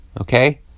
Okay